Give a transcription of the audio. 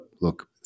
look